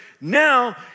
Now